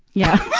yeah.